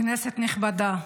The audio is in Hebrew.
כנסת נכבדה,